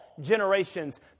generations